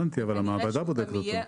אבל המעבדה בודקת אותו.